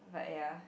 but ya